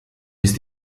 ist